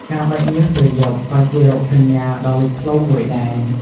ការបែកញើសពេលយប់ ក៏ជារោគសញ្ញាដ៏លេចធ្លោមួយដែរ។